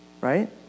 right